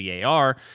VAR